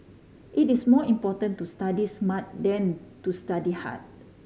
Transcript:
it is more important to study smart than to study hard